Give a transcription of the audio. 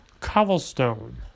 cobblestone